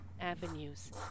avenues